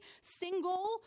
single